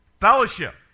fellowship